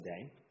today